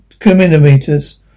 kilometers